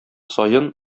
саен